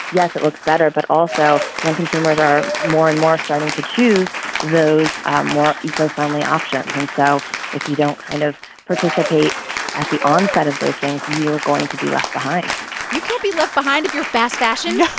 yes, it looks better, but also, young consumers are more and more starting to choose those more eco-friendly options. and so if you don't kind of participate at the onset of those things, you are going to be left behind you can't be left behind if you're fast-fashion no,